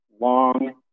long